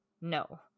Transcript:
No